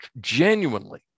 genuinely